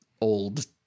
old